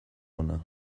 ona